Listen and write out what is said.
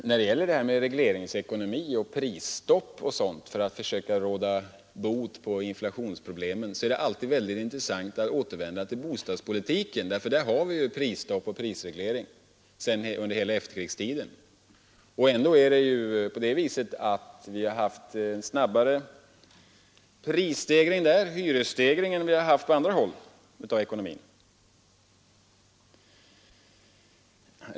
När det gäller regleringsekonomi och prisstopp för att försöka råda bot på inflationsproblemen är det alltid mycket intressant att återvända till bostadspolitiken, där vi har haft prisstopp och prisreglering under hela efterkrigstiden. Ändå har vi haft en snabbare hyresstegring än som skett på andra håll inom ekonomin.